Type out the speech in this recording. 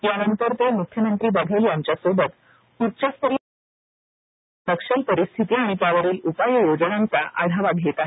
यानंतर ते मुख्यमंत्री बघेल यांच्यासोबत उच्चस्तरीय बैठकीत राज्यातील नक्षल परिस्थिती आणि त्यावरी उपाययोजनांचा आढावा घेत आहेत